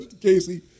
Casey